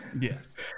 Yes